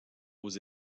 aux